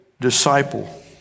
disciple